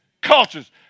cultures